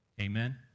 Amen